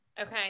Okay